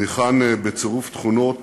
ניחן בצירוף תכונות